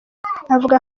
avuga